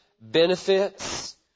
benefits